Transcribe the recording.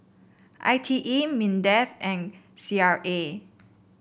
I T E Mindefand C R A